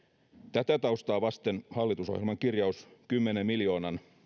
tätä taustaa vasten hallitusohjelman kirjaus kymmenen miljoonan